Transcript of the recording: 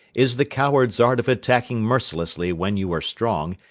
is the coward's art of attacking mercilessly when you are strong,